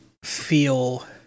feel